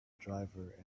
driver